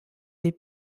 des